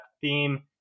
theme